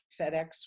FedEx